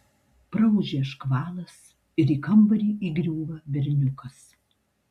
praūžia škvalas ir į kambarį įgriūva berniukas